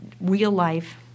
real-life